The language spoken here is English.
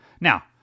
Now